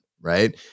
right